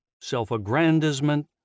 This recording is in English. self-aggrandizement